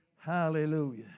Hallelujah